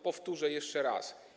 Powtórzę jeszcze raz.